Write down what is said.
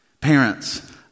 Parents